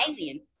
alien